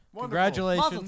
Congratulations